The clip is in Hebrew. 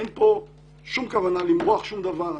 אין פה שום כוונה למרוח שום דבר.